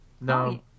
No